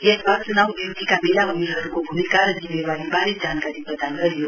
यसमा चुनाव ड्यूटीका वैला उनीहरुको भूमिका र जिम्मेवारी वारे जानकारी प्रदान गरियो